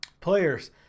Players